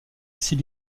six